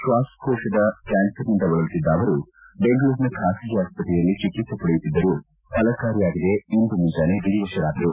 ಶ್ವಾಸಕೋಶದ ಕ್ಯಾನ್ಸರ್ನಿಂದ ಬಳಲುತ್ತಿದ್ದ ಅವರು ಬೆಂಗಳೂರಿನ ಖಾಸಗಿ ಆಸ್ಪತ್ತೆಯಲ್ಲಿ ಚಿಕಿತ್ತೆ ಪಡೆಯುತ್ತಿದ್ದರೂ ಫಲಕಾರಿಯಾಗದೆ ಇಂದು ಮುಂಜಾನೆ ವಿಧಿವಶರಾದರು